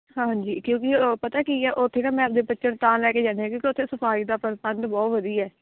ਹਾਂਜੀ ਕਿਉਂਕਿ ਉਹ ਪਤਾ ਕੀ ਆ ਉੱਥੇ ਨਾ ਮੈਂ ਆਪਣੇ ਬੱਚਿਆ ਨੂੰ ਤਾਂ ਲੈ ਕੇ ਜਾਂਦੀ ਹਾਂ ਕਿਉਂਕਿ ਉੱਥੇ ਸਫ਼ਾਈ ਦਾ ਪ੍ਰਬੰਧ ਬਹੁਤ ਵਧੀਆ ਹੈ